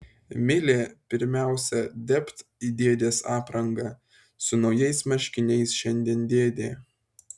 milė pirmiausia dėbt į dėdės aprangą su naujais marškiniais šiandien dėdė